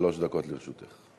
שלוש דקות לרשותך.